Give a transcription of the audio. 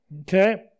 Okay